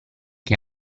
che